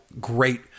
great